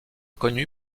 connu